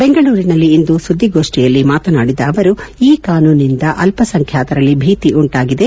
ಬೆಂಗಳೂರಿನಲ್ಲಿಂದು ಸುದ್ದಿಗೋಷ್ಠಿಯಲ್ಲಿ ಮಾತನಾಡಿದ ಅವರು ಈ ಕಾನೂನಿನಿಂದ ಅಲ್ಪಸಂಖ್ಯಾತರಲ್ಲಿ ಭೀತಿ ಉಂಟಾಗಿದೆ